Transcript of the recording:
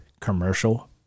commercial